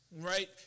right